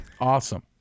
Awesome